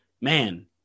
man